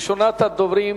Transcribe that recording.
ראשונת הדוברים,